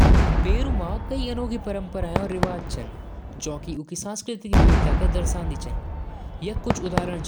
ऑस्ट्रेलिया क संस्कृति खुली और आधुनिक होलु। यहां क माणस